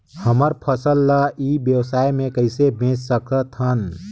हमर फसल ल ई व्यवसाय मे कइसे बेच सकत हन?